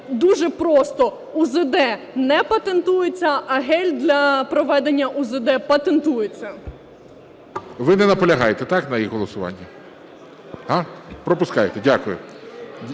дуже просто УЗД не патентується, а гель для проведення УЗД патентується. ГОЛОВУЮЧИЙ. Ви не наполягаєте, так, на їх голосуванні? Пропускаєте. Дякую.